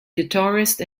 guitarist